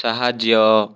ସାହାଯ୍ୟ